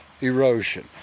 erosion